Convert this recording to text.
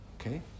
Okay